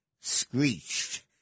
screeched